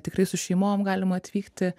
tikrai su šeimom galima atvykti